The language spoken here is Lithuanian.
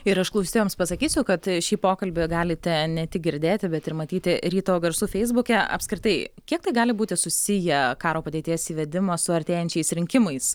ir aš klausytojams pasakysiu kad šį pokalbį galite ne tik girdėti bet ir matyti ryto garsų feisbuke apskritai kiek tai gali būti susiję karo padėties įvedimas su artėjančiais rinkimais